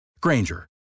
Granger